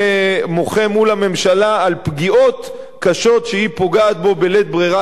מוחה מול הממשלה על פגיעות קשות שהיא פוגעת בו בלית ברירה